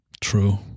true